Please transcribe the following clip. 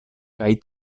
kaj